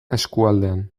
eskualdean